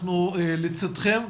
אנחנו לצידכם.